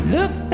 Look